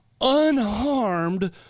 unharmed